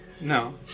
No